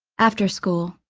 after school